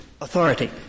authority